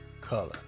color